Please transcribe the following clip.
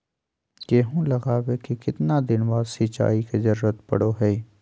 गेहूं लगावे के कितना दिन बाद सिंचाई के जरूरत पड़ो है?